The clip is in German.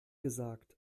gesagt